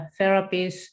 therapies